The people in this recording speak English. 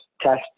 test